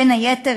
בין היתר,